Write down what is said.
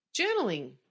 journaling